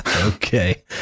Okay